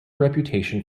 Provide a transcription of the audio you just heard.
reputation